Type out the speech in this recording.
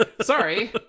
Sorry